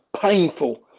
painful